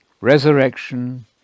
resurrection